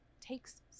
takes